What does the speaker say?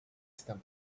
distant